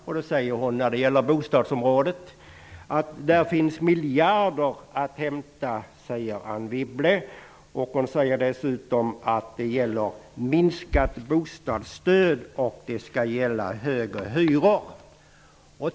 Anne Wibble säger att det finns miljarder att hämta på bostadsområdet och att minskat bostadsstöd och högre hyror kommer att bli aktuellt.